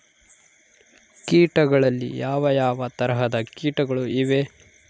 ಕೇಟಗಳಲ್ಲಿ ಯಾವ ಯಾವ ತರಹದ ಕೇಟಗಳು ಇವೆ?